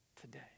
today